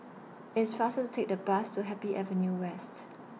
IT IS faster to Take The Bus to Happy Avenue West